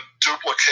duplicate